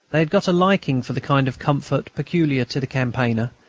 they had got a liking for the kind of comfort peculiar to the campaigner,